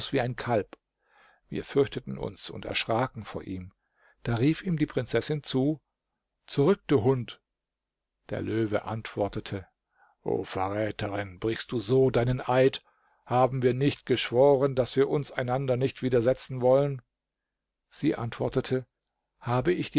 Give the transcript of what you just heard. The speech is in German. wie ein kalb wir fürchteten uns und erschraken vor ihm da rief ihm die prinzessin zu zurück du hund der löwe antwortete o verräterin brichst du so deinen eid haben wir nicht geschworen daß wir uns einander nicht widersetzen wollen sie antwortete habe ich dir